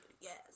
yes